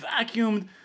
vacuumed